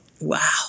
wow